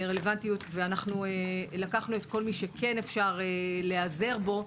אנחנו לקחנו את כל מי שכן אפשר להיעזר בו.